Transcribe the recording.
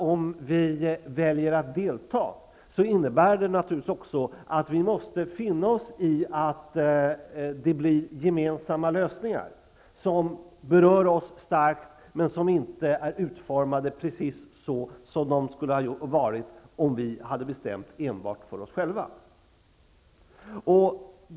Om vi väljer att delta, innebär det naturligtvis också att vi måste finna oss i att det blir gemensamma lösningar som berör oss starkt, men som inte är utformade precis så som de skulle ha varit utformade om vi hade bestämt enbart för oss själva.